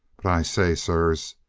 but i say, sirs,